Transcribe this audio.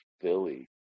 Philly